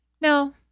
No